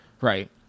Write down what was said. Right